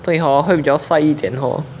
对 hor 会比较帅一点 hor